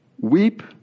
Weep